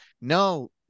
No